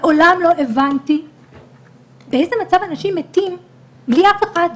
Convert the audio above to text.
מעולם לא הבנתי באיזה מצב אנשים מתים בלי אף אחד,